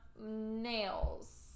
nails